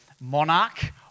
monarch